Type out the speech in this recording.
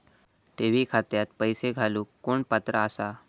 ठेवी खात्यात पैसे घालूक कोण पात्र आसा?